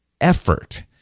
effort